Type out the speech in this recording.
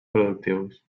productius